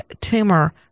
tumor